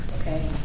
okay